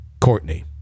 Courtney